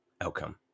outcome